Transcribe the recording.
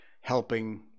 helping